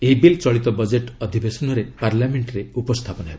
ଏହି ବିଲ୍ ଚଳିତ ବଜେଟ୍ ଅଧିବେଶନରେ ପାର୍ଲାମେଣ୍ଟରେ ଉପସ୍ଥାପନ ହେବ